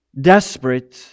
desperate